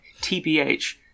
TBH